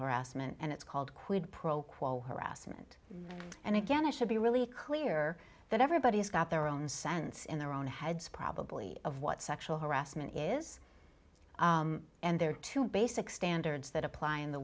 harassment and it's called quid pro quo harassment and again it should be really clear that everybody's got their own sense in their own heads probably of what sexual harassment is and there are two basic standards that apply in the